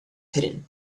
hidden